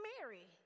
Mary